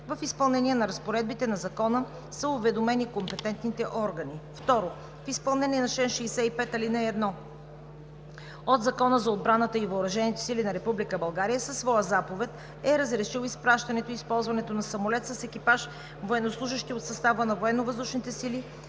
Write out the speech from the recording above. В изпълнение на разпоредбите на Закона са уведомени компетентните органи. 2. В изпълнение на чл. 65, ал. 1 от Закона за отбраната и въоръжените сили на Република България със своя заповед е разрешил изпращането и използването на самолет с екипаж военнослужещи от състава на